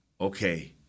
okay